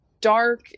dark